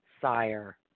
sire